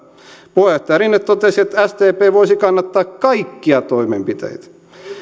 puheenjohtaja rinne totesi että sdp voisi kannattaa kaikkia toimenpiteitä